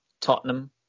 Tottenham